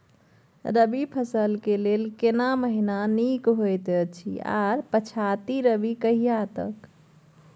रबी फसल के लेल केना महीना नीक होयत अछि आर पछाति रबी कहिया तक?